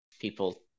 people